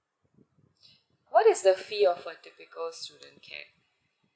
what is the fee of a typical student care